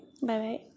bye-bye